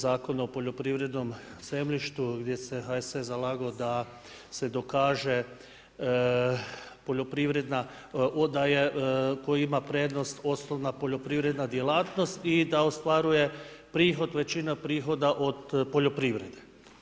Zakon o poljoprivrednom zemljištu, gdje se HSS zalagao da se dokaže, da je, ko ima prednost, osnovna poljoprivredna djelatnost i da ostvaruje prihod, većine prihoda od poljoprivrede.